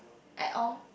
at all